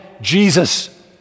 Jesus